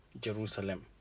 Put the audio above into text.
Jerusalem